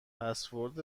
پسورد